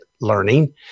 learning